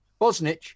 Bosnich